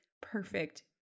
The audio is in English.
perfect